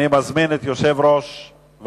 אני מזמין את חבר כנסת